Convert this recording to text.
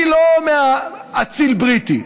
אני לא אציל בריטי,